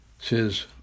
says